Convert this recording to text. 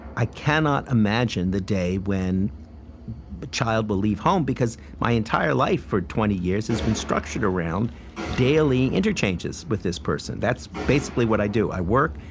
i cannot imagine the day when a but child will leave home, because my entire life for twenty years has been structured around daily interchanges with this person. that's basically what i do. i work,